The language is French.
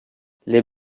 les